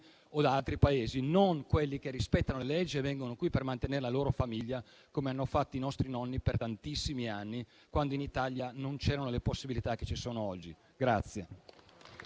da altri Paesi, non quelli che rispettano le leggi e vengono qui per mantenere la loro famiglia, come hanno fatto i nostri nonni per tantissimi anni quando in Italia non c'erano le possibilità che ci sono oggi.